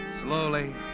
Slowly